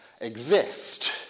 exist